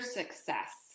success